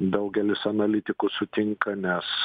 daugelis analitikų sutinka nes